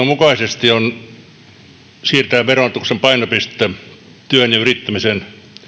mukaisesti on siirtää verotuksen painopistettä työn ja yrittämisen